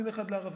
דין אחד לערבים.